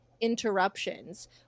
interruptions